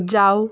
যাও